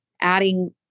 adding